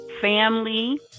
family